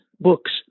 books